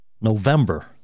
November